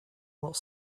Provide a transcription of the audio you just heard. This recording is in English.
while